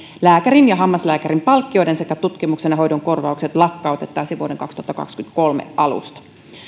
lääkärin ja hammaslääkärin palkkioiden sekä tutkimuksen ja hoidon korvaukset lakkautettaisiin vuoden kaksituhattakaksikymmentäkolme alusta